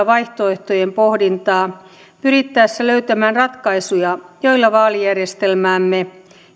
vaihtoehtojen pohdintaa pyrittäessä löytämään ratkaisuja joilla vaalijärjestelmäämme